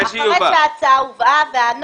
אחרי שהצעת החוק הובאה.